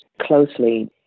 closely